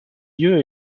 lieu